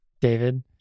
david